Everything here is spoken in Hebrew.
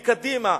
מקדימה,